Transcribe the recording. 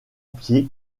pied